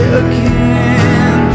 again